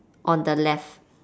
on the left